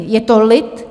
Je to lid.